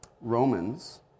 Romans